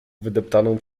wydeptaną